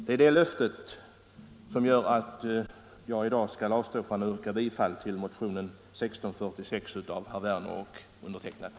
Det är det löftet som gör att jag i dag skall avstå från att yrka bifall till motionen 1646 av herr Werner i Malmö och mig.